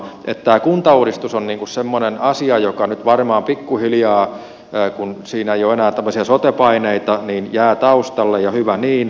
tämä kuntauudistus on semmoinen asia joka nyt varmaan pikkuhiljaa kun siinä ei ole enää tämmöisiä sote paineita jää taustalle ja hyvä niin